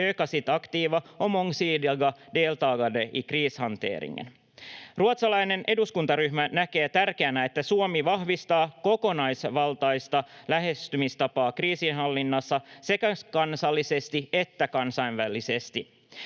sitt aktiva och mångsidiga deltagande i krishanteringen. Ruotsalainen eduskuntaryhmä näkee tärkeänä, että Suomi vahvistaa kokonaisvaltaista lähestymistapaa kriisinhallinnassa sekä kansallisesti että kansainvälisesti.